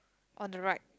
on the right